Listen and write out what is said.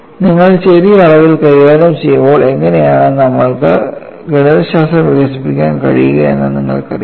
നിങ്ങൾ ചെറിയ അളവിൽ കൈകാര്യം ചെയ്യുമ്പോൾ എങ്ങനെയാണ് നമ്മൾക്ക് ഗണിതശാസ്ത്രം വികസിപ്പിക്കാൻ കഴിയുകയെന്ന് നിങ്ങൾക്കറിയാം